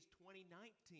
2019